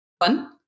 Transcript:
one